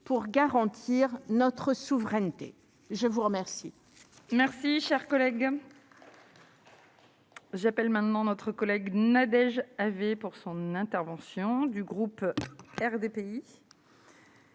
pour garantir notre souveraineté, je vous remercie.